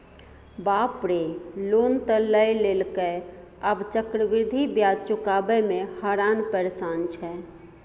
बाप रे लोन त लए लेलकै आब चक्रवृद्धि ब्याज चुकाबय मे हरान परेशान छै